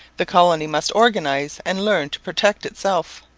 the colony must organize and learn to protect itself.